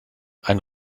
ein